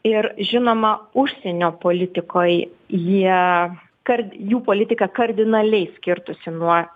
ir žinoma užsienio politikoj jie kard jų politika kardinaliai skirtųsi nuo